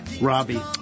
Robbie